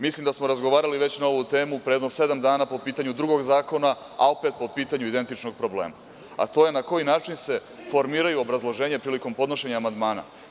Mislim da smo razgovarali već na ovu temu pre jedno sedam dana po pitanju drugog zakona, a opet po pitanju identičnog problema, a to je na koji način se formiraju obrazloženja prilikom podnošenja amandmana.